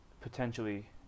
potentially